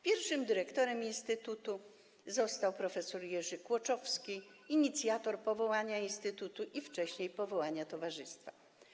Pierwszym dyrektorem instytutu został prof. Jerzy Kłoczowski, inicjator powołania instytutu, a wcześniej powołania towarzystwa.